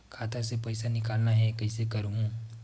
खाता ले पईसा निकालना हे, कइसे करहूं?